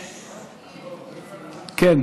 אדוני, יש לי בקשה.